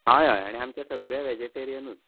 हय हय आनी आमचें सगळें वेजिटेरियनूच